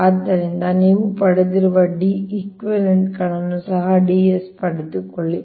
ಆದ್ದರಿಂದ ನೀವು ಪಡೆದಿರುವ Deq ಗಳನ್ನು ಸಹ Ds ಪಡೆದುಕೊಳ್ಳಿ